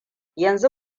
yanzu